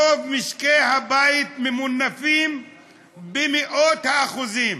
רוב משקי הבית ממונפים במאות אחוזים.